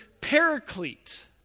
paraclete